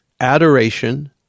adoration